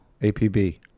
APB